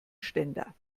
ständer